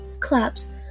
claps